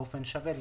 באופן שווה,